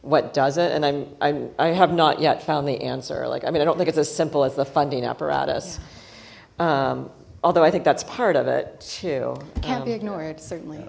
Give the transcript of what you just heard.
what doesn't and i'm i have not yet found the answer or like i mean i don't think it's as simple as the funding apparatus although i think that's part of it too can't be ignored certainly